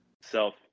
self